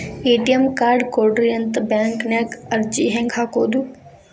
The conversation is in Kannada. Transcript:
ಎ.ಟಿ.ಎಂ ಕಾರ್ಡ್ ಕೊಡ್ರಿ ಅಂತ ಬ್ಯಾಂಕ ನ್ಯಾಗ ಅರ್ಜಿ ಹೆಂಗ ಹಾಕೋದು?